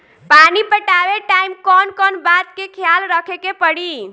पानी पटावे टाइम कौन कौन बात के ख्याल रखे के पड़ी?